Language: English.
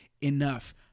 enough